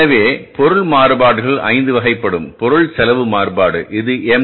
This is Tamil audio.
எனவே பொருள் மாறுபாடுகள் 5 வகைப்படும் பொருள் செலவு மாறுபாடு இது எம்